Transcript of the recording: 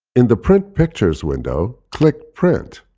in the print pictures window, click print.